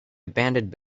abandoned